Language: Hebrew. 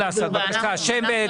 בבקשה, דיר אל-אסד.